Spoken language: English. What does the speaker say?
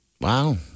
Wow